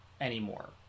anymore